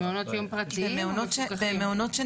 במעונות יום פרטיים או מפוקחים?